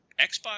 xbox